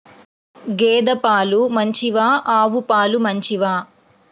గేద పాలు మంచివా ఆవు పాలు మంచివా?